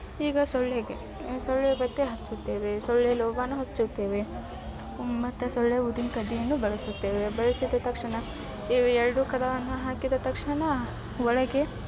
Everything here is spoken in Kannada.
ಈಗ ಸೊಳ್ಳೆಗೆ ಸೊಳ್ಳೆ ಬತ್ತಿ ಹಚ್ಚುತ್ತೇವೆ ಸೊಳ್ಳೆ ಲೋಬಾನ ಹಚ್ಚುತ್ತೇವೆ ಮತ್ತು ಸೊಳ್ಳೆ ಊದಿನ ಕಡ್ಡಿಯನ್ನು ಬಳಸುತ್ತೇವೆ ಬಳಸಿದ ತಕ್ಷಣ ಇವು ಎರಡೂ ಕದವನ್ನು ಹಾಕಿದ ತಕ್ಷಣ ಒಳಗೆ